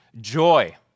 joy